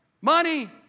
money